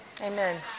Amen